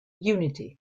unity